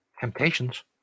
temptations